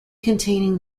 containing